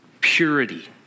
purity